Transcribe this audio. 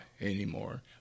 anymore